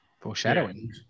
Foreshadowing